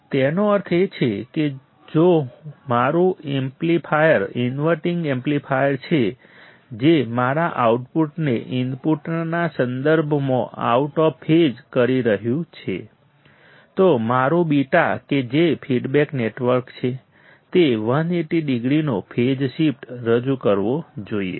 તેનો અર્થ એ છે કે જો મારું એમ્પ્લીફાયર ઇન્વર્ટિંગ એમ્પ્લીફાયર છે જે મારા આઉટપુટને ઇનપુટના સંદર્ભમાં આઉટ ઓફ ફેઝ કરી રહ્યું છે તો મારું β કે જે ફીડબેક નેટવર્ક છે એ 180 ડિગ્રીનો ફેઝ શિફ્ટ રજૂ કરવો જોઈએ